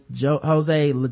Jose